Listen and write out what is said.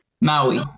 Maui